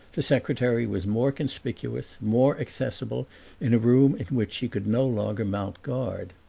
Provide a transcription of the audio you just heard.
the secretary was more conspicuous, more accessible in a room in which she could no longer mount guard.